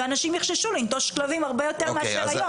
ואנשים יחששו לנטוש כלבים הרבה יותר מאשר היום.